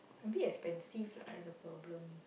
a bit expensive lah that's the problem